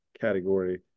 category